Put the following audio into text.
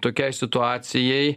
tokiai situacijai